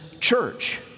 church